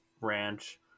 ranch